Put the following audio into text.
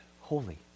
holy